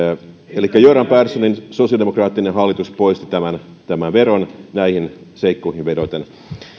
elikkä göran perssonin sosiaalidemokraattinen hallitus poisti tämän tämän veron näihin seikkoihin vedoten